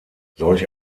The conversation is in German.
solch